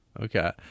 Okay